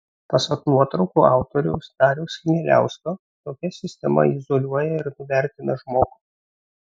pasak nuotraukų autoriaus dariaus chmieliausko tokia sistema izoliuoja ir nuvertina žmogų